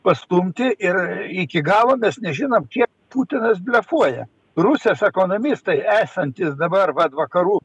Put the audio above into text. pastumti ir iki galo mes nežinom kiek putinas blefuoja rusijos ekonomistai esantys dabar vat vakarų